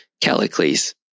Callicles